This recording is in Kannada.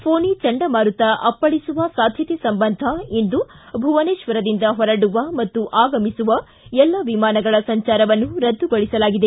ಫೋನಿ ಚಂಡಮಾರುತ ಅಪ್ಪಳಿಸುವ ಸಾಧ್ಯತೆ ಸಂಬಂಧ ಇಂದು ಭುವನೇತ್ವರದಿಂದ ಹೊರಡುವ ಮತ್ತು ಆಗಮಿಸುವ ಎಲ್ಲ ವಿಮಾನಗಳ ಸಂಚಾರವನ್ನು ರದ್ದುಗೊಳಿಸಲಾಗಿದೆ